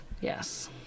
Yes